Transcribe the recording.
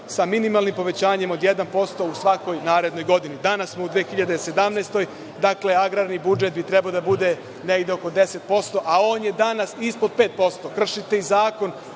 sa minimalnim povećanjem od 1% u svakoj narednoj godini. Danas smo u 2017. godini. Dakle, agrarni budžet bi trebalo da bude negde oko 10%, a on je danas ispod 5%. Kršite i Zakon